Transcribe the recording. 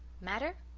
matter?